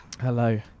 Hello